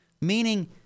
meaning